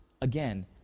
again